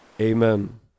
Amen